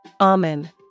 Amen